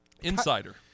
Insider